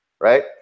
right